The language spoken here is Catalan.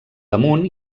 damunt